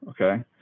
okay